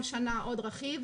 כל שנה עוד רכיב.